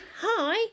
Hi